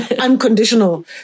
Unconditional